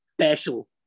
Special